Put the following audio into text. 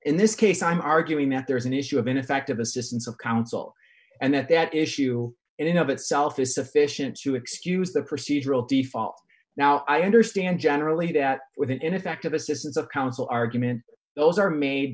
in this case i'm arguing that there is an issue of ineffective assistance of counsel and that that issue in of itself is sufficient to excuse the procedural default now i understand generally that with an ineffective assistance of counsel argument those are made